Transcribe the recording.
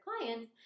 clients